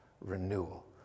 renewal